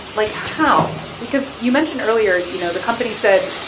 like, how? because you mentioned earlier, you know, the company said,